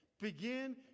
Begin